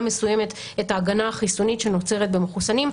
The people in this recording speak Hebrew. מסוימת את ההגנה החיסונית שנוצרת במחוסנים,